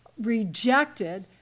rejected